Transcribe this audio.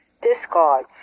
Discard